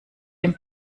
dem